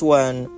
one